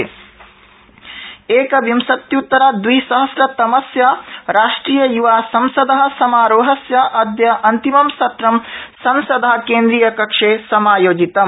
युवामहोत्सवरिजिज् एकविंशत्युत्तरद्विसहस्रतमस्य राष्ट्रिय युवासंसद समारोहस्य अद्य अन्तिमं सत्रम् संसद केन्द्रियकक्षे समायोजितम्